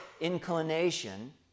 inclination